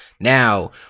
now